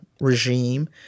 regime